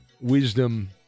wisdom